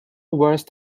worse